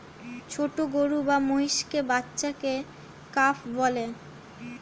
ছোট গরু বা মহিষের বাচ্চাকে কাফ বলে